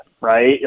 right